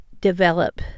develop